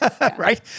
Right